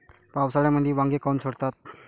पावसाळ्यामंदी वांगे काऊन सडतात?